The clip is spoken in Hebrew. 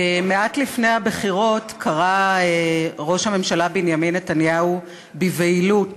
מעט לפני הבחירות קרא ראש הממשלה בנימין נתניהו בבהילות